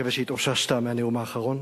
אני מקווה שהתאוששת מהנאום האחרון.